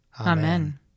Amen